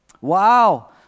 Wow